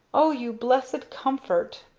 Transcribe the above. o you blessed comfort!